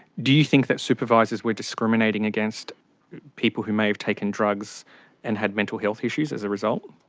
do you think that supervisors were discriminating against people who may have taken drugs and had mental health issues as a result?